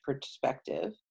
perspective